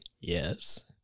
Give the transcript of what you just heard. Yes